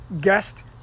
guest